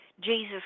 Jesus